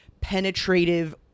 penetrative